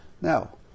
Now